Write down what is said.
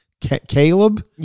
Caleb